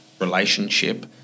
relationship